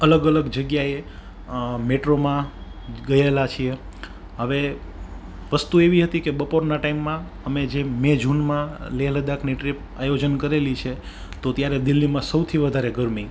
અલગ અલગ જગ્યાએ મેટ્રોમાં ગયેલા છીએ હવે વસ્તુ એવી હતી કે બપોરના ટાઈમમાં અમે જે મે જૂનમાં લેહ લદાખની ટ્રીપ આયોજન કરેલી છે તો ત્યારે દિલ્હીમાં સૌથી વધારે ગરમી